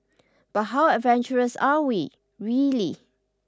but how adventurous are we really